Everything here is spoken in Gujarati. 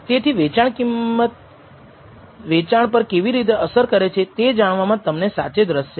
તેથી વેચાણ કિંમત વેચાણ પર કેવી રીતે અસર કરે છે તે જાણવામા તમને સાચે જ રસ છે